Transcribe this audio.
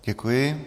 Děkuji.